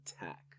attack